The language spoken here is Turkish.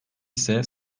ise